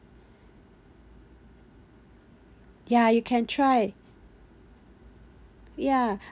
ya you can try ya